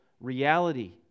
reality